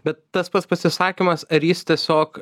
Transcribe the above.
bet tas pats pasisakymas ar jis tiesiog